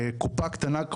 לקופה קטנה,